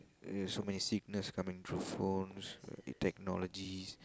uh so many sickness coming through phones technologies